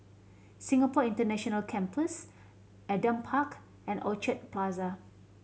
Singapore International Campus Adam Park and Orchard Plaza